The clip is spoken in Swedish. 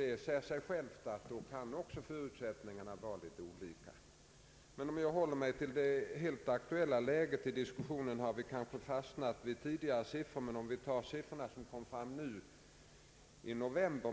Det säger sig självt att under sådana förhållanden förutsättningarna att få arbetskraft kan vara mindre. Om jag håller mig till den aktuella diskussionen, har vi kanske något litet för mycket sett på äldre siffror. De siffror som lades fram i november